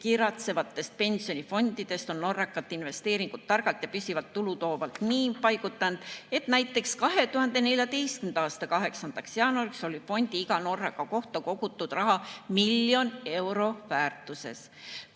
kiratsevatest pensionifondidest on Norra pensionifondidesse investeerinud targalt ja püsivalt tulutoovalt, nii et näiteks 2014. aasta 8. jaanuariks oli fondi iga norraka kohta kogutud raha miljoni euro väärtuses.